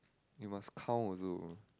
you must count also